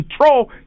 control